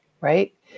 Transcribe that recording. right